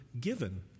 given